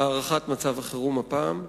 הארכת מצב החירום הפעם.